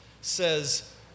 says